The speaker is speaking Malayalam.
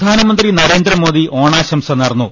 പ്രധാനമന്ത്രി നരേന്ദ്രമോദി ഓണാശംസ നേർന്നു